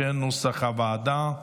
כנוסח הוועדה.